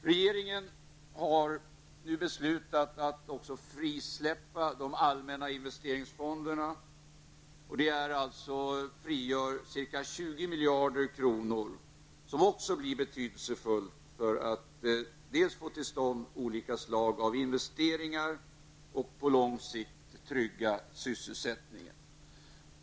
Regeringen har nu beslutat att frisläppa de allmänna investeringsfonderna. Det frigör ca 20 miljarder kronor, vilket också är betydelsefullt dels för att få till stånd olika slag av investeringar, dels för att på lång sikt trygga sysselsättningen.